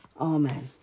Amen